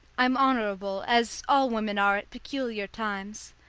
i'm honourable, as all women are at peculiar times.